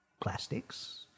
plastics